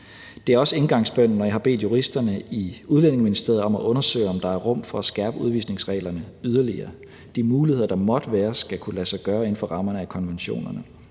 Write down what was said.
Det har også været indgangsbønnen, når jeg har bedt juristerne i Udlændinge- og Integrationsministeriet om at undersøge, om der er rum for at skærpe udvisningsreglerne yderligere. De muligheder, der måtte være, skal kunne lade sig gøre inden for rammerne af konventionerne.